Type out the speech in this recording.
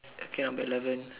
okay number eleven